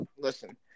Listen